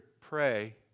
pray